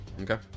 Okay